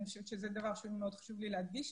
זה דבר שמאוד חשוב לי להדגיש.